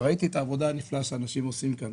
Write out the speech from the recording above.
ראיתי את העבודה הנפלאה שאנשים עושים כאן